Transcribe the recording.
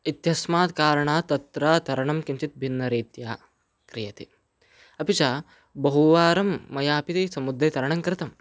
इत्यस्मात् कारणात् तत्र तरणं किञ्चित् भिन्नरीत्या क्रियते अपि च बहुवारं मयापि समुद्रे तरणं कृतम्